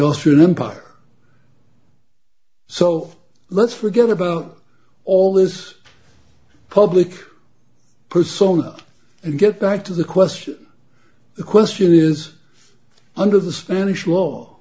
austrian empire so let's forget about all this public persona and get back to the question the question is under the spanish law